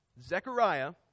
Zechariah